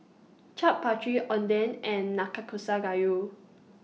Chaat Papri Oden and Nakakusa Gayu